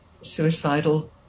suicidal